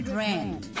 rand